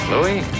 Louis